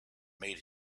made